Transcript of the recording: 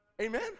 Amen